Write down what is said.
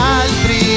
altri